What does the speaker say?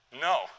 No